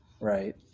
Right